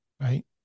right